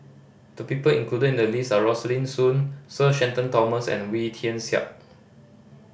the people included in the list are Rosaline Soon Sir Shenton Thomas and Wee Tian Siak